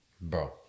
bro